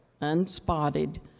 unspotted